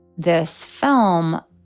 this film,